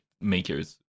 makers